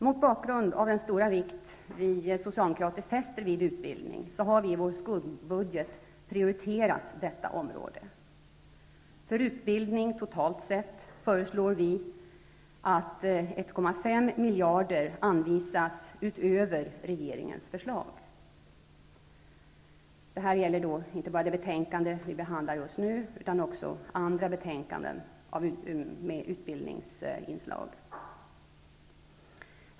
Mot bakgrund av den stora vikt som vi socialdemokrater fäster vid utbildning, har vi i vår skuggbudget prioriterat detta område. För utbildning totalt sett föreslår vi att 1,5 miljarder utöver regeringens förslag anvisas. Detta gäller inte bara det betänkande som vi just nu behandlar utan även andra betänkanden med utbildningsinslag.